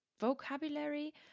Vocabulary